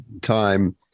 time